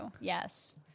yes